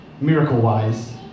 miracle-wise